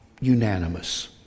unanimous